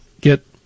get